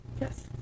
Yes